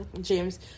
James